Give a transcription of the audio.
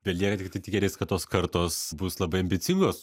belieka tiktai tikėtis kad tos kartos bus labai ambicingos